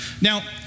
Now